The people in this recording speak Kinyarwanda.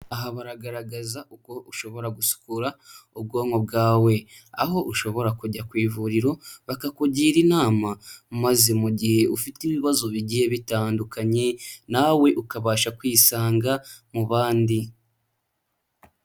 Aha baragaragaza uko ushobora gusukura ubwonko bwawe, aho ushobora kujya ku ivuriro bakakugira inama, maze mu gihe ufite ibibazo bigiye bitandukanye nawe ukabasha kwisanga mu bandi.